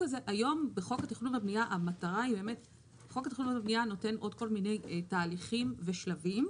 חוק התכנון והבנייה נותן עוד כל מיני תהליכים ושלבים,